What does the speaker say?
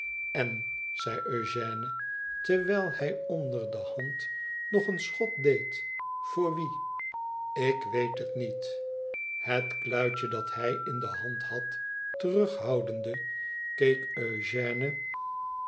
n zei eugène terwijl hij onder de hand nog een schot deed voor wie lik weet het niet het kluitje dat hij in de hand had terughoudende keek